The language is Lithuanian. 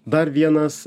dar vienas